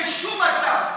האם אתה אומר שבשום מצב,